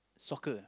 soccer ah